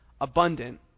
abundant